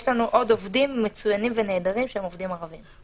יש לנו עובדים מצוינים ונהדרים שהם עובדים ערבים.